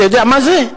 אתה יודע מה זה?